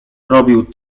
robił